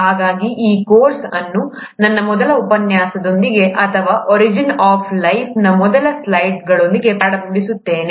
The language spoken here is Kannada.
ಹಾಗಾಗಿ ಈ ಕೋರ್ಸ್ ಅನ್ನು ನನ್ನ ಮೊದಲ ಉಪನ್ಯಾಸದೊಂದಿಗೆ ಅಥವಾ ಒರಿಜಿನ್ ಆಫ್ ಲೈಫ್ನ ಮೊದಲ ಸ್ಲೈಡ್ಗಳೊಂದಿಗೆ ಪ್ರಾರಂಭಿಸುತ್ತೇನೆ